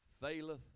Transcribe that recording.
faileth